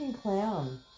clown